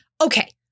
Okay